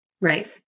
Right